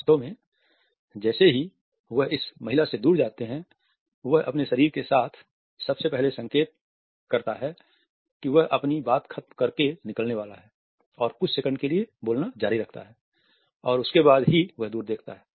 वास्तव में जैसे ही वह इस महिला से दूर जाता है वह अपने शरीर के साथ सबसे पहले संकेत करता है कि वह अपनी बात खत्म करके निकलने वाला है और कुछ सेकंड के लिए बोलना जारी रखता है और उसके बाद ही वह दूर देखता है